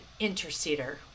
interceder